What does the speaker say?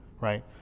right